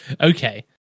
okay